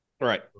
Right